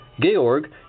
Georg